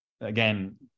again